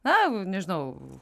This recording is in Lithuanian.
na nežinau